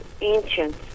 ancient